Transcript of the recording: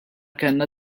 kellna